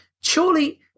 surely